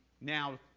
now